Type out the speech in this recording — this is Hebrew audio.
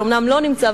שאומנם לא נמצא,